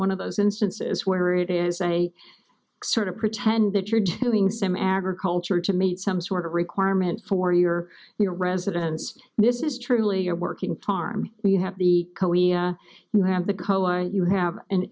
one of those instances where it is a sort of pretend that you're doing some agriculture to meet some sort of requirement for your your residence this is truly your working tarm you have the you have the coa you have an